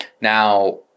Now